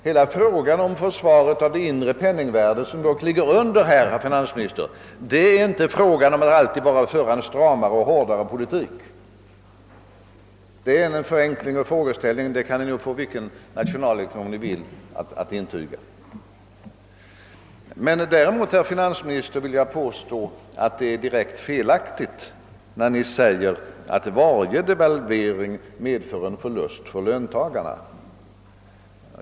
Hela problemet med försvaret av det inre penningvärdet som, herr finansminister, dock ligger bakom, är inte alltid en fråga om huruvida man skall föra en stramare och hårdare politik. Vilken nationalekonom som helst kan nog intyga att sådana påståenden innebär en förenkling. Jag vill däremot, herr finansminister, påstå att det är direkt felaktigt att säga, att varje devalvering medför en försämring för löntagarna.